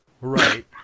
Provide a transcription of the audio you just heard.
right